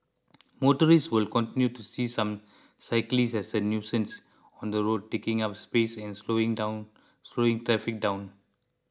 motorists will continue to see some cyclists as a nuisance on the road taking up space and slowing down slowing traffic down